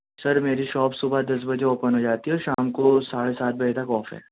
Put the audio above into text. سر میری شاپ صبح دس بجے اوپن ہو جاتی ہے اور شام کو ساڑھے سات بجے تک آف ہے